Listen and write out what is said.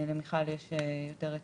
למיכל יש יותר היתרים,